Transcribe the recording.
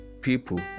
people